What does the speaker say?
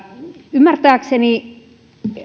ymmärtääkseni